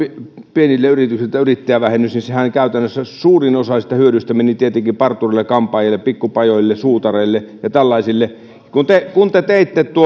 pienille yrityksille yrittäjävähennys käytännössä suurin osa siitä hyödystä meni tietenkin partureille ja kampaajille pikku pajoille suutareille ja tällaisille kun te kun te teitte